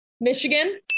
Michigan